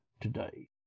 today